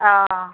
অ